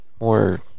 more